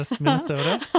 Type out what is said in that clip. Minnesota